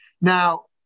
Now